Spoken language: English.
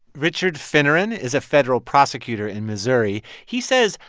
richard finneran is a federal prosecutor in missouri. he says,